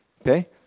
Okay